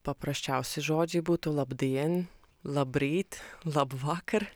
paprasčiausi žodžiai būtų labdien labryt labai vakar